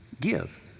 give